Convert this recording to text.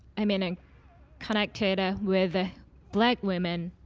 i mean, in connected ah with ah black women,